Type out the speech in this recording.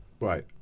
right